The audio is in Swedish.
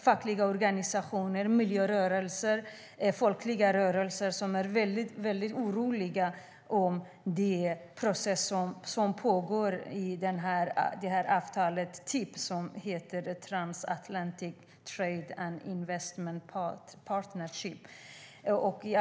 Fackliga organisationer, miljörörelser och folkliga rörelser är mycket oroliga över de processer som pågår med anledning av avtalet TTIP, Transatlantic Trade and Investment Partnership.